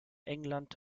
england